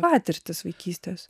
patirtys vaikystės